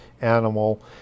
animal